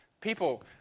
people